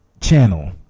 channel